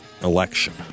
election